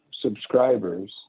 subscribers